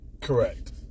Correct